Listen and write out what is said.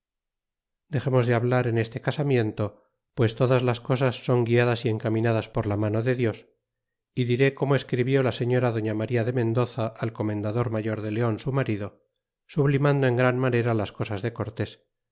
dexemos de hablar en este casamiento pues todas las cosas son guiadas y encaminadas por la mano de dios y diré corno escribió la señora doña maría de mendoza al comendador mayor de leon su marido sublimando en gran manera las cosas de cortés